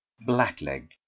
Blackleg